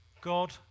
God